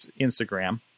Instagram